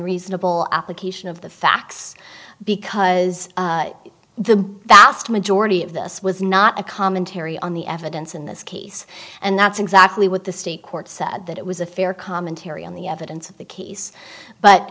unreasonable application of the facts because the vast majority of this was not a commentary on the evidence in this case and that's exactly what the state court said that it was a fair commentary on the evidence of the case but